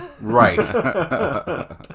right